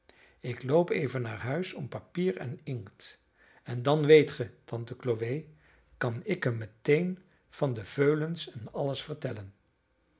ik loop even naar huis om papier en inkt en dan weet ge tante chloe kan ik hem meteen van de veulens en alles vertellen